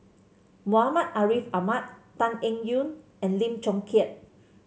Muhammad Ariff Ahmad Tan Eng Yoon and Lim Chong Keat